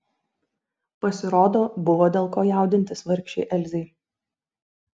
pasirodo buvo dėl ko jaudintis vargšei elzei